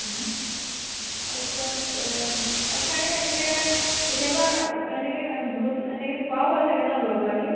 হয়নে তাৰপিছত তাত চাগে এনেকৈ কেতিয়াবা এনেকৈ বহুত এনেকৈ খোৱাও হয় চাগে নহ্ লগ লাগি